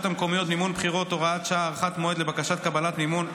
המקומיות (מימון בחירות) (הוראת שעה) (הארכת מועד לבקשת קבלת מימון),